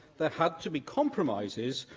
there had to be compromises,